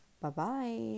Bye-bye